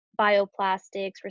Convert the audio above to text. bioplastics